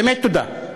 באמת תודה,